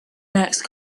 next